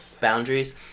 boundaries